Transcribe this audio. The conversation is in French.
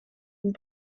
vous